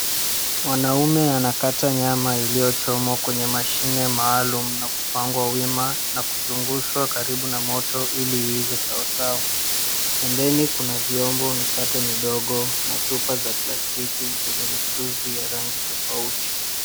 Mwanaume anakata nyama iliyochomwa kwenye mashine maalum na kupangwa wima na kuzungushwa karibu na moto ili iive sawasawa. Pembeni kuna vyombo, mikate midogo na chupa za plastiki zenye michuuzi ya rangi tofauti.